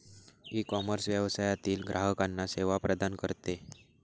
ecommerce व्यवसायातील ग्राहकांना सेवा प्रदान करते